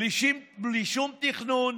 בלי שום תכנון,